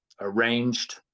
arranged